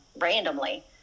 randomly